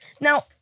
Now